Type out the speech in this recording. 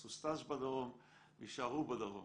יעשו סטאז' בדרום ויישארו בדרום,